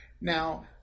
Now